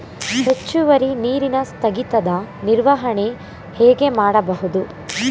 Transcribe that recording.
ಹೆಚ್ಚುವರಿ ನೀರಿನ ಸ್ಥಗಿತದ ನಿರ್ವಹಣೆ ಹೇಗೆ ಮಾಡಬಹುದು?